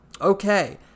Okay